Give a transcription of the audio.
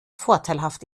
vorteilhaft